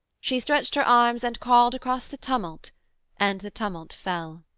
she stretched her arms and called across the tumult and the tumult fell.